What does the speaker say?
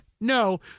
No